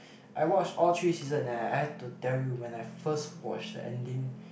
I watched all three season and I had to tell you when I first watched the ending